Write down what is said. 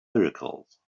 miracles